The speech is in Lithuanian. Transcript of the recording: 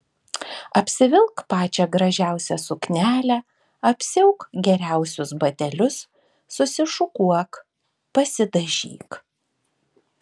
apsivilk pačią gražiausią suknelę apsiauk geriausius batelius susišukuok pasidažyk